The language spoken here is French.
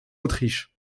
autriche